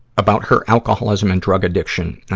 about her alcoholism and drug addiction, ah,